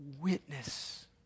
witness